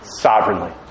Sovereignly